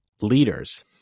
leaders